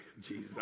Jesus